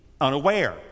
unaware